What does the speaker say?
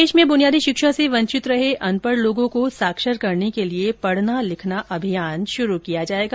देश में बुनियादी शिक्षा से वंचित रहे अनपढ़ लोगो को साक्षर करने के लिए पढ़ना लिखना अभियान शुरू किया जाएगा